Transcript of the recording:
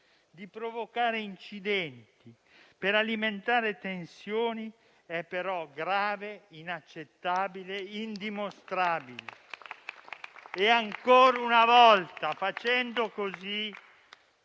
di provocare incidenti per alimentare tensioni è grave, inaccettabile e indimostrabile. Ancora una volta, facendo così,